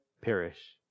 perish